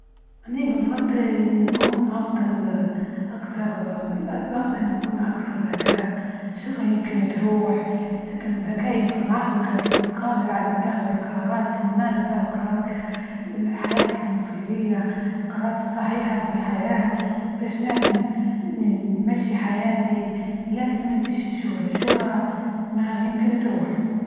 أنى بنفضل إني نكون أفضل، أكثر، الأفضل إن يكون أكثر ذكاء، شنو يمكن تروح؟ لكن الزكاء يبقى معاك ويخليك قادر على إنك تاخد القرارات المناسبة، القرارات، حياتك المصيرية، القرارات الصحيحة في الحياة، بش نعرف إن. إن نمشى حياتى، لكن ما نبيش الشهرة- الشهرة ما يمكن تروح.